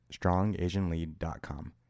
strongasianlead.com